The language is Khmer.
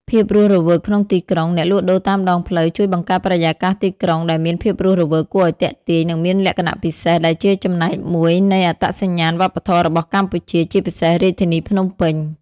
ភាពរស់រវើកក្នុងទីក្រុង អ្នកលក់ដូរតាមដងផ្លូវជួយបង្កើតបរិយាកាសទីក្រុងដែលមានភាពរស់រវើក គួរឱ្យទាក់ទាញ និងមានលក្ខណៈពិសេស ដែលជាចំណែកមួយនៃអត្តសញ្ញាណវប្បធម៌របស់កម្ពុជា ជាពិសេសរាជធានីភ្នំពេញ ។